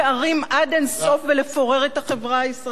עד אין-סוף ולפורר את החברה הישראלית?